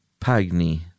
Pagni